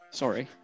sorry